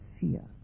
fear